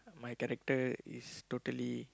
my character is totally